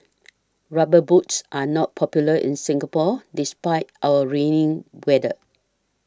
rubber boots are not popular in Singapore despite our rainy weather